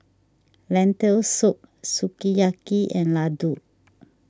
Lentil Soup Sukiyaki and Ladoo